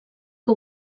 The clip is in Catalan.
que